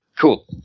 Cool